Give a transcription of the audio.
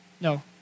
No